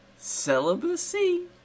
celibacy